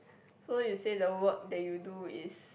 so you say the work that you do is